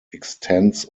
extends